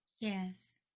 yes